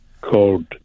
called